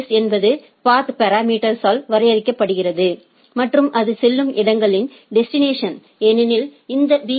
S என்பது path parameters ஆல் வரையறுக்கப்படுகிறது மற்றும் அது செல்லும் இடங்களின் டெஸ்டினேஷன் ஏனெனில் இந்த பி